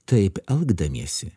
taip elgdamiesi